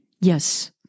Yes